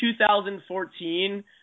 2014